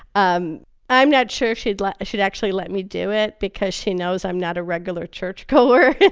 um i'm not sure she'd let she'd actually let me do it because she knows i'm not a regular churchgoer,